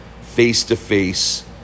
face-to-face